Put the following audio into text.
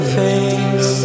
face